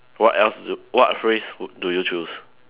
what else what phrase would do you choose